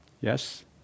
Yes